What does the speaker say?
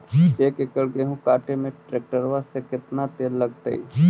एक एकड़ गेहूं काटे में टरेकटर से केतना तेल लगतइ?